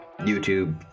YouTube